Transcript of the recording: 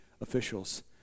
officials